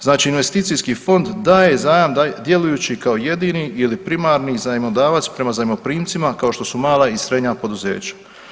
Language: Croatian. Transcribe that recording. Znači investicijski fond daje zajam djelujući kao jedini ili primarni zajmodavac prema zemljoprimcima kao što su mala i srednja poduzeća.